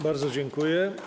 Bardzo dziękuję.